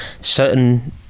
certain